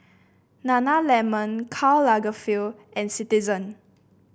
Nana Lemon Karl Lagerfeld and Citizen